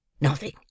Nothing